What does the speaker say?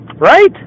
Right